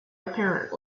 apparent